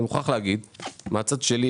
ואני מוכרח להגיד את זה מהצד שלי,